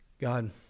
god